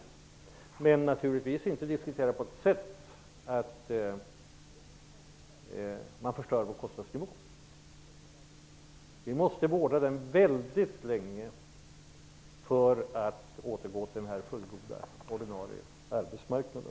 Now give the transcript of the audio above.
Men diskussionen får naturligtvis inte leda till att vår kostnadsnivå förstörs. Vi måste vårda den väldigt länge för att kunna återgå till den fullgoda, ordinarie arbetsmarknaden.